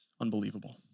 unbelievable